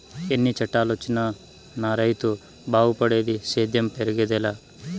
ఎన్ని చట్టాలొచ్చినా నా రైతు బాగుపడేదిలే సేద్యం పెరిగేదెలా